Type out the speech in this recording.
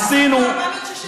עשינו,